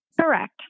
Correct